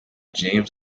james